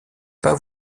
pas